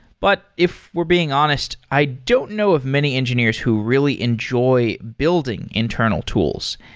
but if we're being honest, i don't know of many engineers who really enjoy building internal tools.